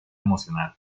emocional